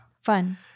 Fun